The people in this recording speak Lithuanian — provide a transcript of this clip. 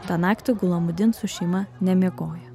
tą naktį gulamudin su šeima nemiegojo